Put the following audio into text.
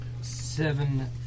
seven